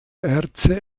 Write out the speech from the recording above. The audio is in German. erze